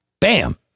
bam